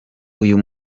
uyu